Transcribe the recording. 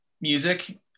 music